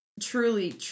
truly